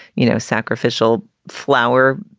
you know, sacrificial flower.